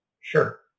Sure